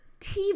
TV